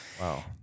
wow